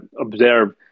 observe